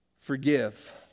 forgive